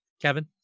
Kevin